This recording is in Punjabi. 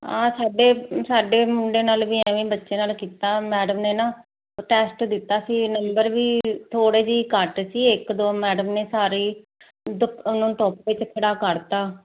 ਆ ਸਾਡੇ ਸਾਡੇ ਮੁੰਡੇ ਨਾਲ ਵੀ ਐਵੇਂ ਬੱਚੇ ਨਾਲ ਕੀਤਾ ਮੈਡਮ ਨੇ ਨਾ ਟੈਸਟ ਦਿੱਤਾ ਸੀ ਨੰਬਰ ਵੀ ਥੋੜੇ ਜਿਹੇ ਘੱਟ ਸੀ ਇੱਕ ਦੋ ਮੈਡਮ ਨੇ ਸਾਰੇ ਹੀ ਉਹਨਾਂ ਨੂੰ ਟੋਪ ਵਿਚ ਖੜਾ ਕਰਤਾ